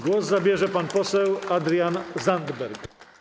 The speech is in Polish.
Głos zabierze pan poseł Adrian Zandberg.